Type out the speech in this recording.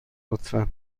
لطفا